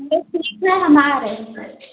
हम आ रहे हैं